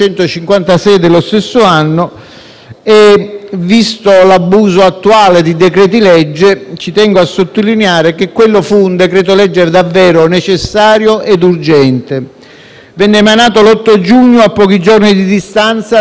Visto l'abuso attuale di decreti-legge, ci tengo a sottolineare che quello fu un decreto-legge davvero necessario e urgente: venne emanato l'8 giugno, a pochi giorni di distanza dalla strage di Capaci.